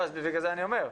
בגלל זה אני אומר.